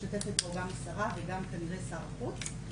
משתתפת בו גם השרה וגם כנראה שר החוץ,